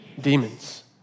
Demons